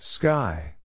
Sky